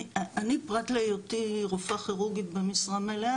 פרט להיותי רופאה כירורגית במשרה מלאה,